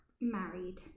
married